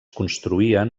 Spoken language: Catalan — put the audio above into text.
construïen